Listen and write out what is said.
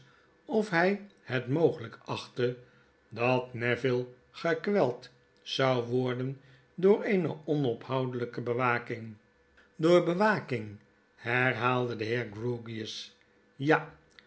of hjj het mogelgk achtte dat neville gekweld zou worden door eene onophoudelijke bewaking door bewakmg herhaalde de heer grewgious jar